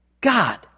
God